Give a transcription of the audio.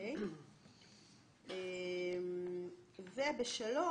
בסעיף (3),